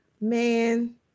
man